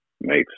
makes